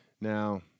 Now